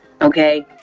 Okay